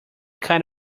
kind